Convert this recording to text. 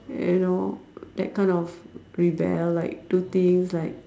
you know that kind of rebel like do things like